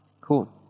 cool